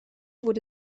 wurde